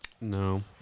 No